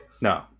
No